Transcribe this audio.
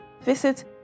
visit